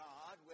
God